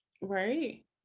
Right